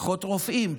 פחות רופאים,